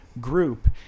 group